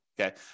Okay